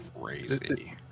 Crazy